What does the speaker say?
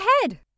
ahead